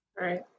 right